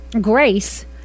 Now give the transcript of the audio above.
grace